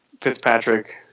Fitzpatrick